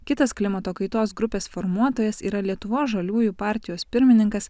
kitas klimato kaitos grupės formuotojas yra lietuvos žaliųjų partijos pirmininkas